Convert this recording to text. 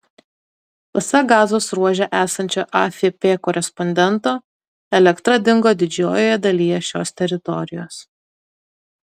pasak gazos ruože esančio afp korespondento elektra dingo didžiojoje dalyje šios teritorijos